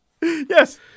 yes